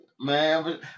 Man